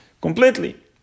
Completely